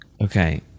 Okay